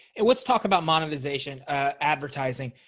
and let's talk about monetization advertising.